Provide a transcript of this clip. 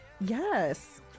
Yes